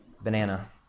Banana